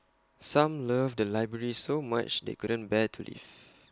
some love the library so much they couldn't bear to leave